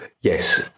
yes